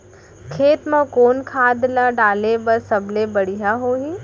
खेत म कोन खाद ला डाले बर सबले बढ़िया होही?